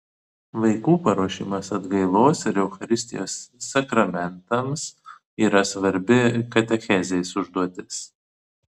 vaikų paruošimas atgailos ir eucharistijos sakramentams yra svarbi katechezės užduotis